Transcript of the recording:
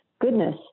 goodness